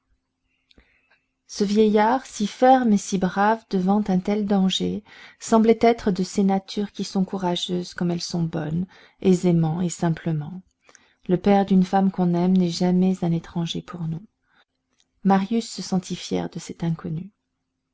ce vieillard si ferme et si brave devant un tel danger semblait être de ces natures qui sont courageuses comme elles sont bonnes aisément et simplement le père d'une femme qu'on aime n'est jamais un étranger pour nous marius se sentit fier de cet inconnu